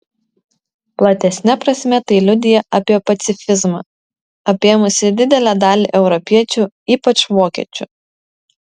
platesne prasme tai liudija apie pacifizmą apėmusį didelę dalį europiečių ypač vokiečių